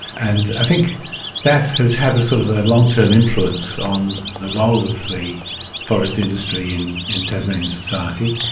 and i think that has had a sort of ah a long-term influence on the role of the forest industry in in tasmanian society.